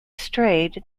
stayed